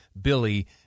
Billy